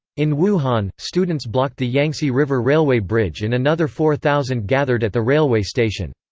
in wuhan, students blocked the yangtze river railway bridge and another four thousand gathered at the railway station.